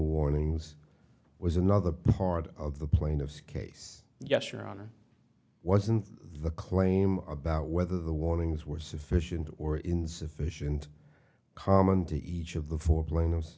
warnings was another part of the plaintiff's case yes your honor wasn't the claim about whether the warnings were sufficient or insufficient common to each of the four